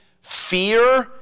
fear